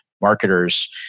marketers